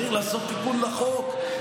צריך לעשות תיקון לחוק.